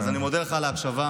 אני מודה לך על ההקשבה.